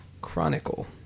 chronicle